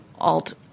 alt